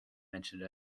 mentioned